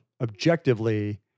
objectively